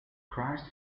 christ